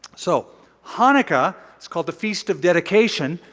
so hanukkah is called the feast of dedication.